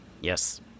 Yes